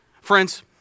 Friends